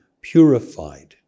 purified